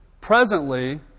Presently